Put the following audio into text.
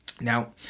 Now